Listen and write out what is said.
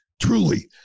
truly